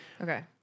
Okay